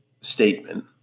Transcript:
statement